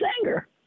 anger